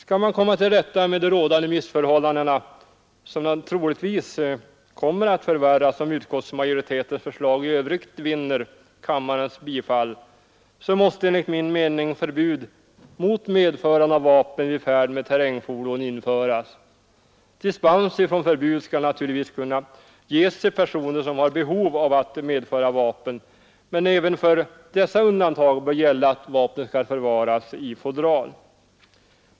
Skall man komma till rätta med de rådande missförhållandena, som troligtvis kommer att förvärras om utskottsmajoritetens förslag i övrigt vinner kammarens bifall, så måste enligt min mening förbud mot medförande av vapen vid färd med terrängfordon införas. Dispens från förbud skall naturligtvis kunna ges till personer som har behov av att medföra vapen, men även för dessa undantag bör gälla att vapnet skall förvaras i fodral.